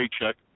paycheck